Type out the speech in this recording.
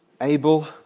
Abel